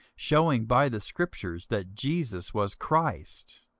shewing by the scriptures that jesus was christ.